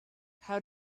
how